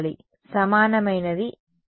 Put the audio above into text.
సమానమైనది ఏది